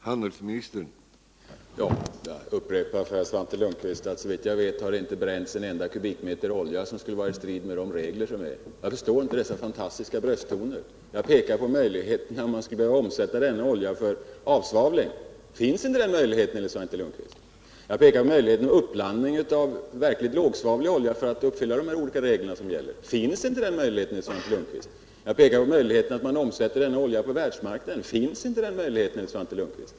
Herr talman! Jag upprepar för Svante Lundkvist att det såvitt jag vet inte bränns en enda kubikmeter olja i strid med de regler som gäller. Jag förstår inte dessa fantastiska brösttoner. Jag pekar på möjligheten till avsvavling om man skulle behöva omsätta Nr 160 denna olja. Finns inte den möjligheten enligt Svante Lundkvist? Torsdagen den Jag pekar på möjligheten till uppblandning med verkligt lågsvavlig olja för 1 juni 1978 att uppfylla de regler som gäller. Finns inte den möjligheten enligt Svante Lundkvist? Jag pekar på möjligheten att omsätta denna olja på världsmarknaden. Finns inte den möjligheten enligt Svante Lundkvist?